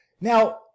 Now